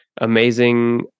amazing